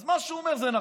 אז מה שהוא אומר זה נכון.